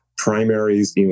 primaries